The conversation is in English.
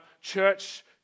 church